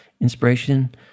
inspiration